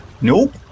Nope